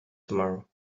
tomorrow